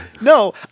No